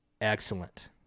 excellent